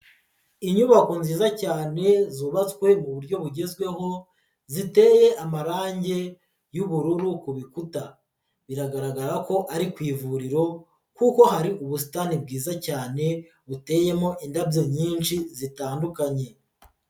Inyubako nziza cyane zubatswe mu buryo bugezweho, ziteye amarangi y'ubururu ku bikuta, biragaragara ko ari ku ivuriro kuko hari ubusitani bwiza cyane, buteyemo indabyo nyinshi zitandukanye.